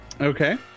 okay